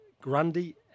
Grundy